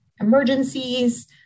emergencies